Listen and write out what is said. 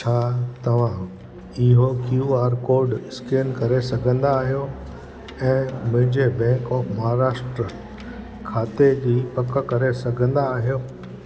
छा तव्हां इहो क्यू आर स्केन करे सघंदा आहियो ऐं मुंहिंजे बैंक ऑफ महाराष्ट्र खाते जी पक करे सघंदा आहियो